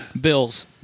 Bills